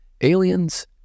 Aliens